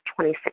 26